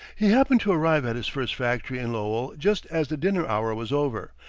he happened to arrive at his first factory in lowell just as the dinner hour was over,